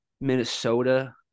Minnesota